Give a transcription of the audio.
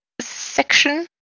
section